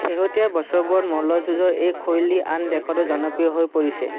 শেহতীয়া বছৰবোৰত মল্লযুঁজৰ এই শৈলী আন দেখতো জনপ্ৰিয় হৈ পৰিছে